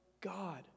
God